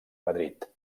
madrid